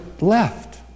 left